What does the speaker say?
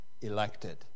elected